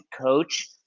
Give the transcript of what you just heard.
coach